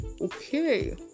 okay